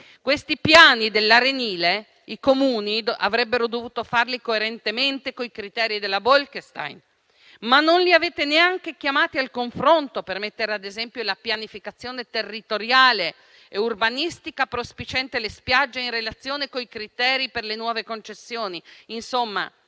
fare i piani dell'arenile coerentemente con i criteri della Bolkestein, ma non li avete neanche chiamati al confronto, ad esempio, per mettere la pianificazione territoriale e urbanistica prospiciente le spiagge in relazione con i criteri per le nuove concessioni. Insomma,